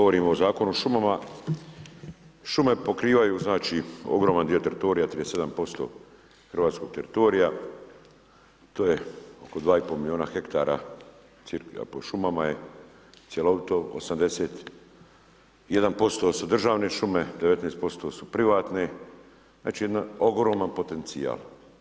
Govorimo o Zakonu o šumama, šume pokrivaju znači ogroman dio teritorija 37% hrvatskog teritorija, to je oko 2,5 milijuna hektara … po šumama je, cjelovito, 81% su državne šume, 19% su privatne, znači jedan ogroman potencijal.